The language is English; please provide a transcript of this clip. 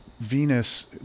Venus